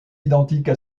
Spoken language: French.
identique